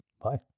Bye